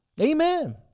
Amen